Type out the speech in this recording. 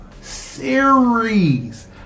series